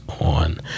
on